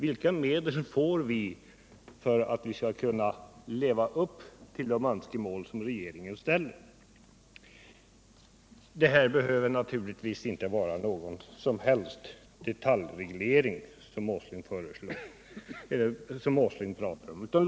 Vilka medel får vi för att kunna leva upp till de önskemål som regeringen framställer? Det jag föreslår behöver naturligtvis inte, som herr Åsling säger, innebära någon som helst detaljreglering.